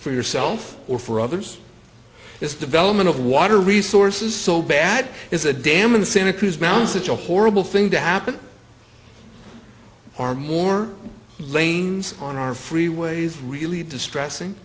for yourself or for others it's development of water resources so bad is a dam in the santa cruz mountains it's a horrible thing to happen are more lanes on our freeways really distressing